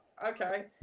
okay